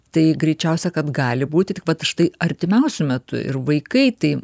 tai greičiausia kad gali būti tik vat štai artimiausiu metu ir vaikai tai